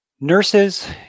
Nurses